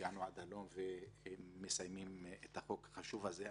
שהגענו עד הלום ואנחנו מסיימים את החוק החשוב הזה.